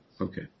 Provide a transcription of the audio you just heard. Okay